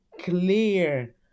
clear